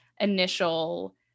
initial